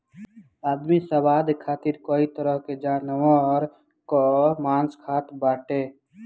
आदमी स्वाद खातिर कई तरह के जानवर कअ मांस खात बाटे